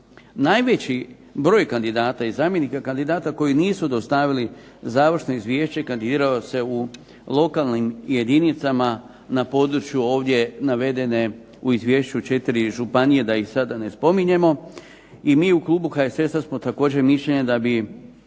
Najveći broj kandidata i zamjenika kandidata koji nisu dostavili završno izvješće kandidirao se u lokalnim jedinicama na područjima navedene u izvješću 5 županije da ih sada ne spominjemo i mi u Klubu HSS-a smo također mišljenja da bi